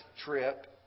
trip